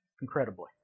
Incredibly